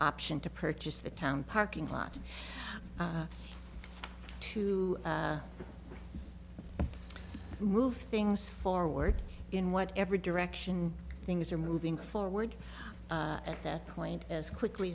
option to purchase the town parking lot to move things forward in whatever direction things are moving forward at that point as quickly